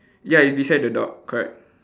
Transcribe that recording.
ya it's beside the dog correct